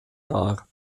dar